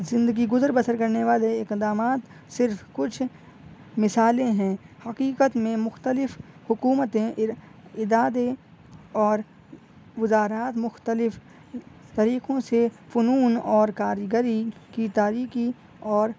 زندگی گزر بسر کرنے والے اقدامات صرف کچھ مثالیں ہیں حقیقت میں مختلف حکومتیں اد ادارے اور وزارات مختلف طریقوں سے فنون اور کاریگری کی تاریکی اور